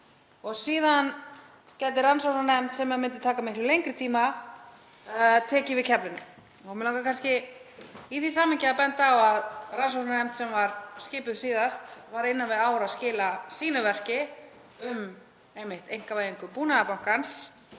og síðan gæti rannsóknarnefnd sem myndi taka miklu lengri tíma tekið við keflinu. Mig langar í því samhengi að benda á að rannsóknarnefnd sem var skipuð síðast var innan við ár að skila sínu verki um einkavæðingu Búnaðarbankans.